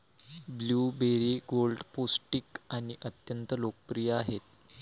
blueberry गोड, पौष्टिक आणि अत्यंत लोकप्रिय आहेत